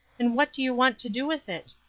and what do you want to do with it?